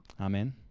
Amen